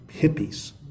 hippies